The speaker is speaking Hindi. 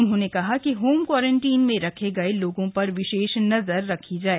उन्होंने कहा कि होम क्वारंटीन में रखे गए लोगों पर विशेष नजर रखी जाए